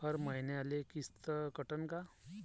हर मईन्याले किस्त कटन का?